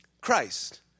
Christ